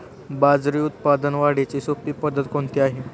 बाजरी उत्पादन वाढीची सोपी पद्धत कोणती आहे?